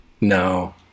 No